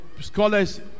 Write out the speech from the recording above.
scholars